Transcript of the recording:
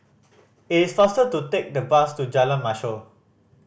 it is faster to take the bus to Jalan Mashhor